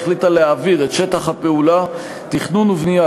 היא החליטה להעביר את שטח הפעולה: תכנון ובנייה,